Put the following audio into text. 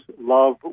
love